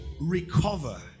recover